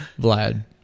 Vlad